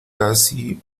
casi